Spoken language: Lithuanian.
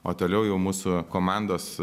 o toliau jau mūsų komandos